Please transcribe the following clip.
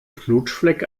knutschfleck